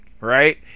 right